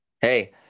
Hey